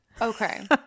Okay